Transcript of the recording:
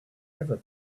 ever